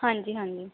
ਹਾਂਜੀ ਹਾਂਜੀ